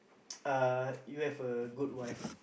uh you have a good wife